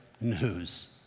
news